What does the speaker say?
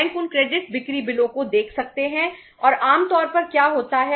bank उन credit बिक्री बिलों को देख सकते हैं और आम तौर पर क्या होता है